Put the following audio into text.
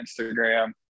Instagram